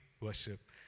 worship